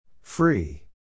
Free